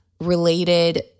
related